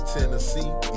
Tennessee